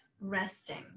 resting